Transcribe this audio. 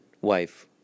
wife